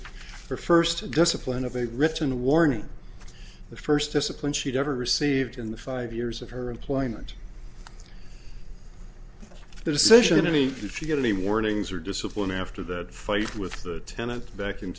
first discipline of a written warning the first discipline she'd ever received in the five years of her employment the decision to me did she get any warnings or discipline after that fight with the tenant back in